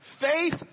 faith